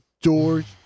George